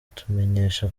kutumenyesha